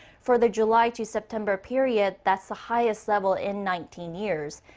for the july-to-september period, that's the highest level in nineteen years.